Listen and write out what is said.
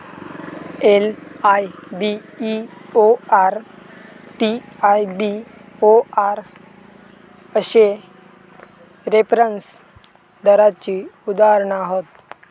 LIBOR, TIBOR अश्ये reference दराची उदाहरणा हत